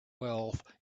wealth